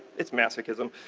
it's masochism.